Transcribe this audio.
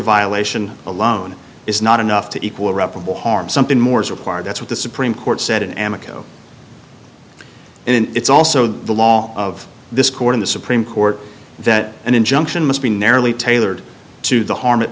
violation alone is not enough to equal repl harm something more is required that's what the supreme court said in amoco and it's also the law of this court in the supreme court that an injunction must be narrowly tailored to the harm it